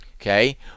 Okay